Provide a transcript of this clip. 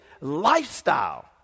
lifestyle